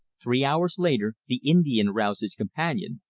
three hours later the indian roused his companion,